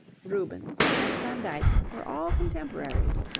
rubens, and van dyck were all contemporaries,